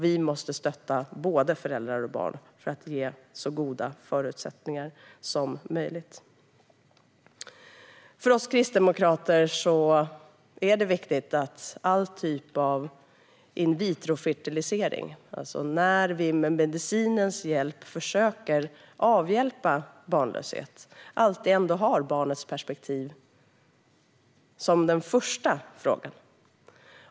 Vi måste stötta både föräldrar och barn för att ge så goda förutsättningar som möjligt. För oss kristdemokrater är det viktigt att all typ av in vitro-fertilisering, alltså när vi med medicinens hjälp försöker att avhjälpa barnlöshet, alltid ändå har barnets perspektiv som den första frågan.